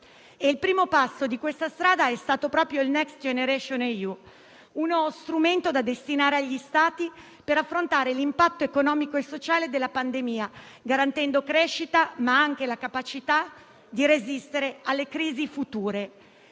Il primo passo di questa strada è stato proprio il Next generation EU, uno strumento da destinare agli Stati per affrontare l'impatto economico e sociale della pandemia, garantendo la crescita, ma anche la capacità di resistere alle crisi future.